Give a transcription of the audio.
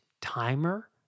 Timer